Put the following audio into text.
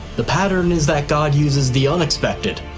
the pattern is that god uses the unexpected,